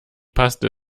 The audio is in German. paste